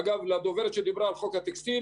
אגב, לדוברת שדיברה על חוק הטקסטיל